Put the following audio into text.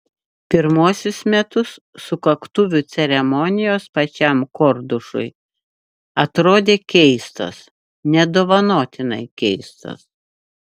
pirmuosius metus sukaktuvių ceremonijos pačiam kordušui atrodė keistos nedovanotinai keistos